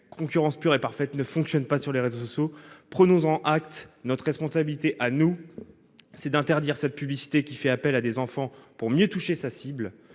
concurrence pure et parfaite ne fonctionne pas sur les réseaux sociaux : prenons-en acte ! Notre responsabilité est d'interdire cette publicité qui fait appel à des enfants pour mieux toucher sa cible.